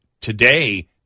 today